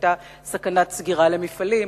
היתה סכנת סגירה למפעלים,